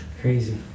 Crazy